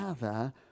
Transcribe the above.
gather